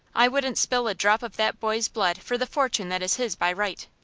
i wouldn't spill a drop of that boy's blood for the fortune that is his by right.